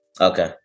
Okay